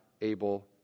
Able